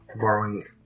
borrowing